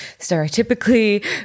stereotypically